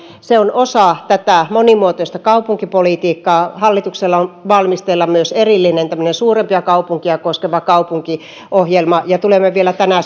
se on osa monimuotoista kaupunkipolitiikkaa hallituksella on valmisteilla myös erillinen suurempia kaupunkeja koskeva kaupunkiohjelma tulemme vielä tänä